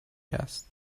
است